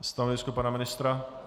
Stanovisko pana ministra?